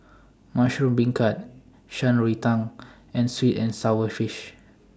Mushroom Beancurd Shan Rui Tang and Sweet and Sour Fish